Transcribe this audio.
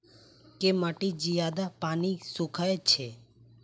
केँ माटि जियादा पानि सोखय छै?